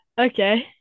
Okay